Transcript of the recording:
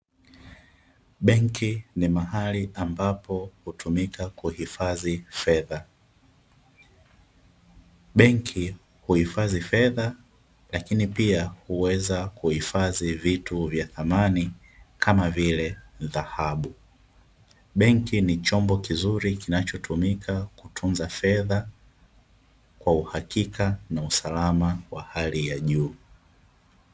Benki ni mahali ambapo hutumika kuhifadhi fedha. Benki huhifadhi fedha lakini pia huweza kuhifadhi vitu vya thamani kama vile dhahabu. Benki ni chombo kizuri kinachotumika kutunza fedha kwa uhakika na usalama wa hali ya juu.